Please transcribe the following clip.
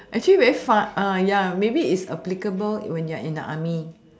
actually very fun ya maybe it's applicable when you're in the army